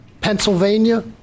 Pennsylvania